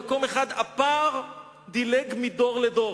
במקום אחד הפער דילג מדור לדור,